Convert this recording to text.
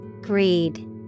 Greed